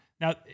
Now